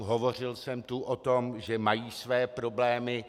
Hovořil jsem tu o tom, že mají své problémy.